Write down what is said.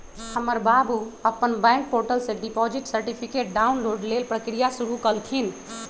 हमर बाबू अप्पन बैंक पोर्टल से डिपॉजिट सर्टिफिकेट डाउनलोड लेल प्रक्रिया शुरु कलखिन्ह